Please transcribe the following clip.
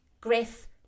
Griff